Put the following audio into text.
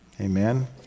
Amen